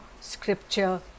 scripture